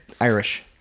Irish